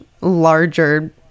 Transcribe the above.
larger